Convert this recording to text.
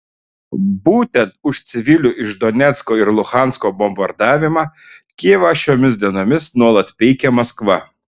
būtent už civilių iš donecko ir luhansko bombardavimą kijevą šiomis dienomis nuolat peikia maskva